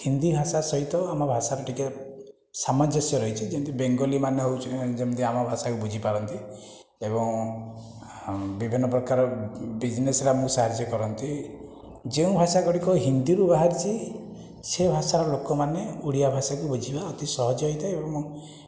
ହିନ୍ଦୀ ଭାଷା ସହିତ ଆମ ଭାଷାର ଟିକେ ସାମଞ୍ଜସ୍ୟ ରହିଛି ଯେମିତି ବେଙ୍ଗଲୀ ମାନେ ଯେମିତି ଆମ ଭାଷାକୁ ବୁଝିପାରନ୍ତି ଏବଂ ବିଭିନ୍ନ ପ୍ରକାର ବିଜନେସ୍ରେ ଆମକୁ ସାହାଯ୍ୟ କରନ୍ତି ଯେଉଁ ଭାଷା ଗୁଡ଼ିକ ହିନ୍ଦୀରୁ ବାହାରିଛି ସେ ଭାଷାର ଲୋକମାନେ ଓଡ଼ିଆ ଭାଷାକୁ ବୁଝିବା ଅତି ସହଜ ହୋଇଥାଏ ଏବଂ